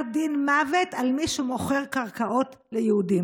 דין מוות על מי שמוכר קרקעות ליהודים?